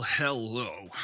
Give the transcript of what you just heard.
Hello